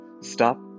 Stop